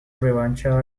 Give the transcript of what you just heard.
revancha